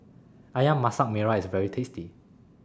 Ayam Masak Merah IS very tasty